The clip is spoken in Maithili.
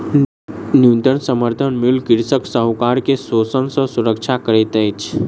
न्यूनतम समर्थन मूल्य कृषक साहूकार के शोषण सॅ सुरक्षा करैत अछि